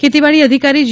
ખેતીવાડી અધિકારી જે